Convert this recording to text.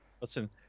Listen